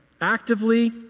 actively